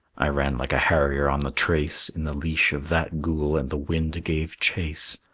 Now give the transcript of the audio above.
i ran like a harrier on the trace in the leash of that ghoul, and the wind gave chase.